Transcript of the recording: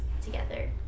together